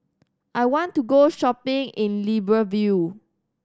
I want to go shopping in Libreville